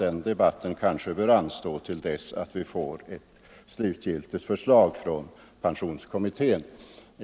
Den debatten bör nog anstå till dess vi har fått ett slutgiltigt förslag från pensionsförsäkringskommittén.